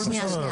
הכל בסדר.